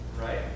Right